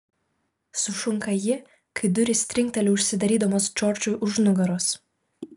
sušunka ji kai durys trinkteli užsidarydamos džordžui už nugaros